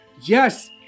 yes